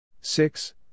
Six